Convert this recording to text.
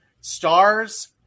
stars